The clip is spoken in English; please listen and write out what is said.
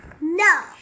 No